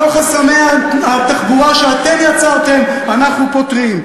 כל חסמי התחבורה שאתם יצרתם, אנחנו פותרים.